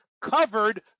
covered